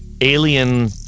alien